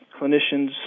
clinicians